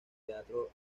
teatro